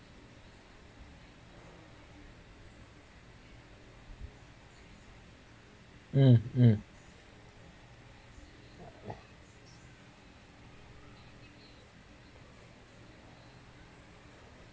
um um